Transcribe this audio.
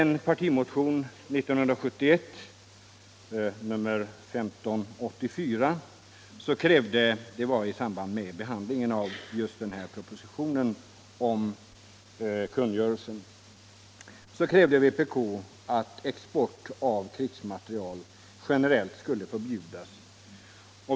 I partimotionen 1584 år 1971 — i samband med behandlingen av propositionen om den nämnda kungörelsen — krävde vpk att export av krigsmateriel generellt skulle förbjudas.